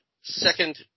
second